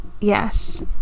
Yes